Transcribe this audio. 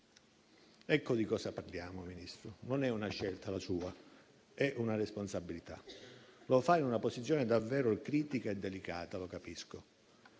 Ecco di cosa parliamo, Ministro: non è una scelta la sua, ma è una responsabilità. Lo fa in una posizione davvero critica e delicata - lo capisco